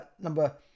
number